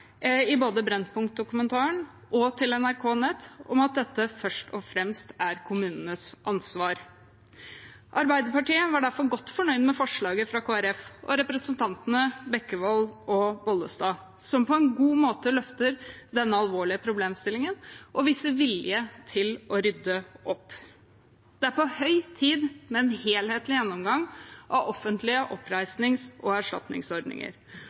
både i Brennpunkt-dokumentaren og til NRK på nett om at dette først og fremst er kommunenes ansvar. Arbeiderpartiet var derfor godt fornøyd med forslaget fra Kristelig Folkeparti og representantene Bekkevold og Bollestad, som på en god måte løfter denne alvorlige problemstillingen og viser vilje til å rydde opp. Det er på høy tid med en helhetlig gjennomgang av offentlige oppreisnings- og erstatningsordninger,